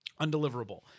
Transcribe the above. undeliverable